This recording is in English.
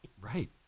Right